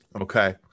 Okay